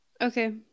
Okay